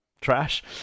trash